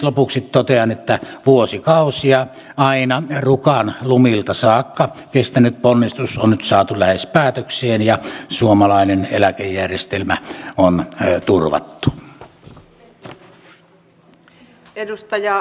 lopuksi totean että vuosikausia aina rukan lumilta saakka kestänyt ponnistus on nyt saatu lähes päätökseen ja suomalainen eläkejärjestelmä on turvattu